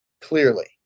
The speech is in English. Clearly